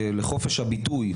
שלחופש הביטוי,